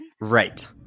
Right